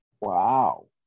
Wow